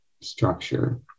structure